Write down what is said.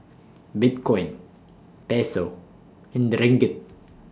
Bitcoin Peso and Ringgit